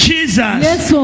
Jesus